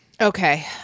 Okay